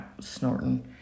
snorting